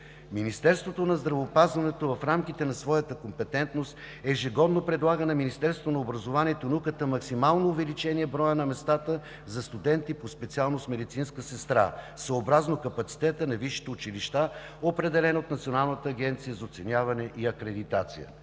Министерството на здравеопазването предлага ежегодно на Министерството на образованието и науката максимално увеличение на броя на местата за студенти по специалността „Медицинска сестра“, съобразно капацитета на висшите училища, определен от Националната агенция за оценяване и акредитация.